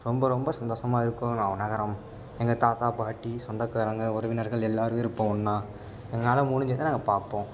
ரொம்ப ரொம்ப சந்தோஷமா இருக்கும் ந நகரம் எங்கள் தாத்தா பாட்டி சொந்தக்காரங்க உறவினர்கள் எல்லோரும் இருப்போம் ஒன்றா எங்களால் முடிஞ்சதை நாங்கள் பார்ப்போம்